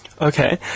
Okay